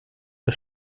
der